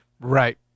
Right